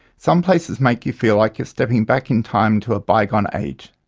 some places make you feel like you're stepping back in time to a bygone age.